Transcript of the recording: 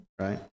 right